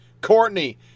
Courtney